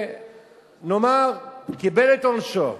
שנאמר, קיבל את עונשו,